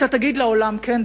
אתה תגיד לעולם: כן,